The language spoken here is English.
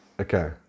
okay